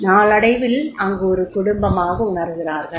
நாளடைவில் அங்கு ஒரு குடும்பமாக உணர்கிறார்கள்